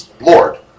Lord